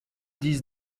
these